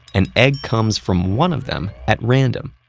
an egg comes from one of them at random.